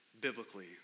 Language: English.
biblically